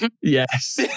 Yes